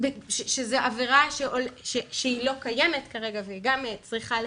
שזאת עבירה שלא קיימת כרגע, גם צריכה להיחקק.